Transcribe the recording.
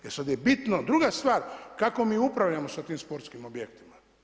E sad je bitno druga stvar, kako mi upravljamo sa tim sportskim objektima?